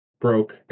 broke